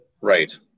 right